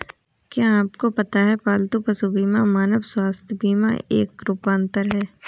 क्या आपको पता है पालतू पशु बीमा मानव स्वास्थ्य बीमा का एक रूपांतर है?